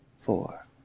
four